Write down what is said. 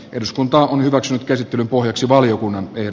eduskunta hyväksyi käsittelyn pohjaksi valiokunnan ym